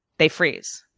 they freeze.